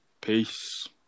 Peace